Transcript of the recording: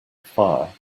fire